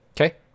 Okay